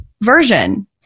version